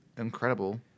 incredible